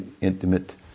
intimate